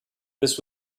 this